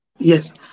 Yes